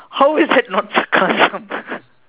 how is that not sarcasm